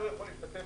המסים.